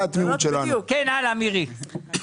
בבקשה, מירי.